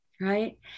right